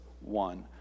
one